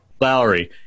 Lowry